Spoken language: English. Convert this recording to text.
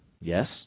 Yes